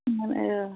होम्बालाय अ